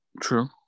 True